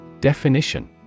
Definition